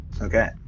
Okay